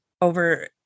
over